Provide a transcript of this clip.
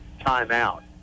timeout